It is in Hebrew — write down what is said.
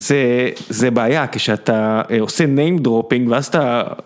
זה בעיה, כשאתה עושה name dropping, ואז אתה...